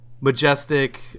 majestic